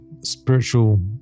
spiritual